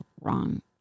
wrong